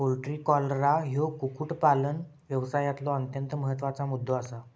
poultry cholera ह्यो कुक्कुटपालन व्यवसायातलो अत्यंत महत्त्वाचा मुद्दो आसा